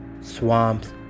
swamps